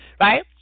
Right